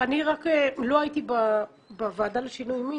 אני לא הייתי בוועדה לשינוי מין,